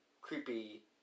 creepy